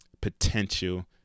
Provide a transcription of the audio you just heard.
potential